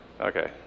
okay